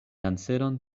anseron